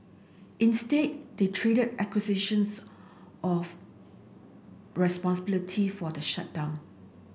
instead they traded accusations of responsibility for the shutdown